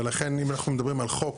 ולכן אם אנחנו מדברים על חוק